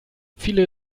viele